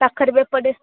ପାଖରେ ବି ଏପଟେ